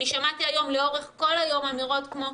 אני שמעתי היום לאורך כל היום אמירות כמו,